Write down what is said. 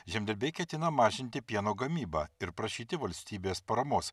žemdirbiai ketina mažinti pieno gamybą ir prašyti valstybės paramos